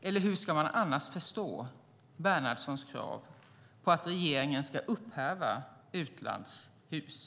Eller hur ska man annars förstå Bernhardssons krav på att regeringen ska upphäva utlands-HUS?